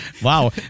Wow